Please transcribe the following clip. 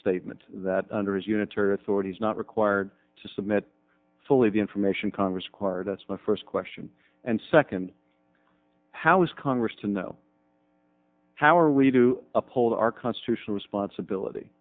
statement that under his unitary authority is not required to submit fully the information congress acquired that's my first question and second how is congress to know how are we to uphold our constitutional responsibility